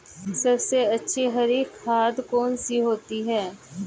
सबसे अच्छी हरी खाद कौन सी होती है?